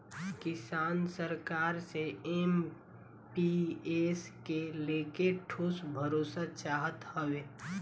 किसान सरकार से एम.पी.एस के लेके ठोस भरोसा चाहत हवे